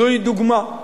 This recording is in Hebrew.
זוהי דוגמה.